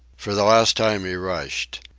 for the last time he rushed.